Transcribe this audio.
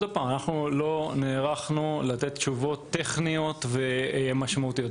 אנחנו לא נערכנו פה לתת תשובות טכניות משמעותיות.